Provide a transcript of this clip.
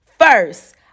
First